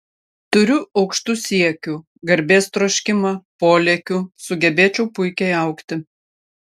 turiu aukštų siekių garbės troškimą polėkių sugebėčiau puikiai augti